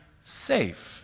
safe